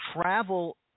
travel